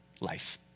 Life